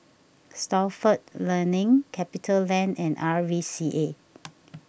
Stalford Learning CapitaLand and R V C A